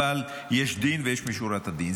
אבל יש דין ויש משורת הדין,